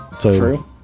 True